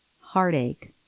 heartache